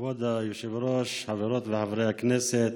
כבוד היושב-ראש, חברות וחברי הכנסת,